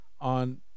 on